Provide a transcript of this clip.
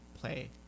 play